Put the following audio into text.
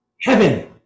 heaven